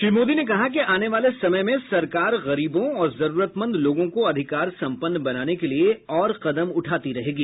श्री मोदी ने कहा कि आने वाले समय में सरकार गरीबों और जरूरतमंद लोगों को अधिकार सम्पन्न बनाने के लिए और कदम उठाती रहेगी